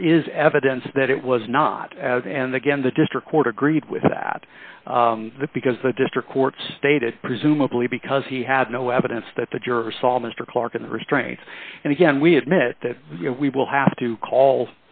there is evidence that it was not as and again the district court agreed with that because the district court stated presumably because he had no evidence that the jurors saw mr clarke in the restraints and again we admit that we will have to call